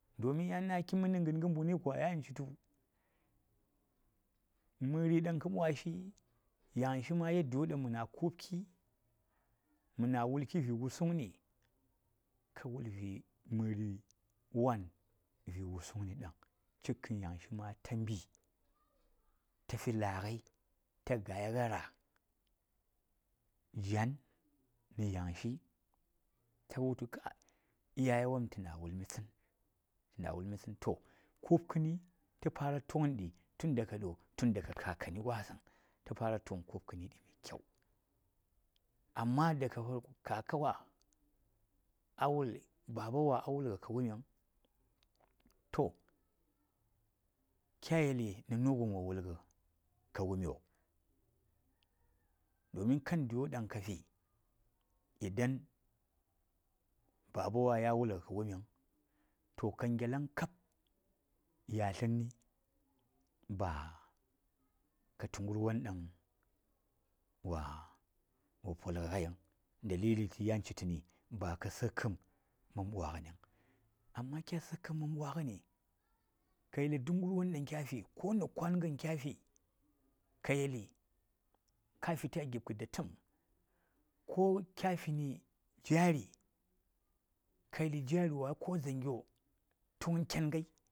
﻿In ya naki mani na ganga mbuni kwa mɗri ɗan ka bwashi yanshi yanshi ma yadda ɗan ma na kopki mana wulki vi wusangni ka wulvi mari wan vi wusungni ɗan chi kan yangshi ma taɓi ta fi laa gai ta gayi a rah jaan na Yashi ta wwultu iyaye wasang ta na wulshi tsin to kubkani ta fara tugan ɗi tun doga do tun daga kakakni wasang ta fara tugan kubkani ɗi mai kyau amma daga farko kaka wa a wul baba wa a wul ba ka wuni vung to kya yeli nag an wa wulga ka wumiyo domin kan da yodan kaafi idan babawa ya wullgo ka wuni vung to ka gyalang kab yatlani ba ka tu girwan ɗan wa polga gai vung des yan chituni ba ka sakam man mbagani vung amma kya sakam man mɓani ka yeli duk garyoɗan kya fi ko na kwangan kyafi ko kya fitina gibko datam ko kya fina jari ka yeli ko jangyo tugan ken gai.